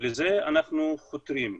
ולזה אנחנו חותרים.